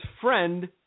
friend